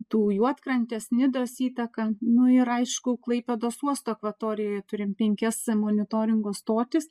tų juodkrantės nidos įtaką nu ir aišku klaipėdos uosto akvatorijoj turim penkias monitoringo stotis